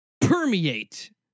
permeate